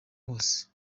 hose